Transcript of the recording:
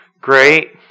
Great